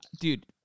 dude